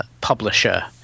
Publisher